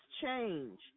change